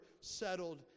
settled